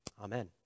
Amen